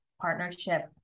partnership